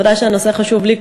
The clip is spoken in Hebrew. ובוודאי הנושא חשוב לי,